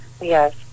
yes